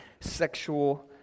sexual